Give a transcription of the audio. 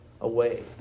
away